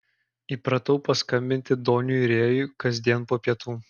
įpratau paskambinti doniui rėjui kasdien po pietų